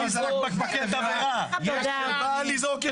יש סרטונים,